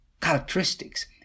characteristics